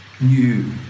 new